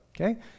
okay